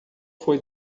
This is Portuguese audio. foi